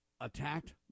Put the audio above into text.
attacked